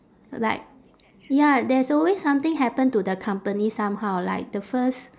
like ya there's always something happen to the company somehow like the first